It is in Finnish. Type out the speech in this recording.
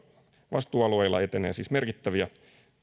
vastuualueilla etenee siis merkittäviä